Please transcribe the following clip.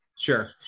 Sure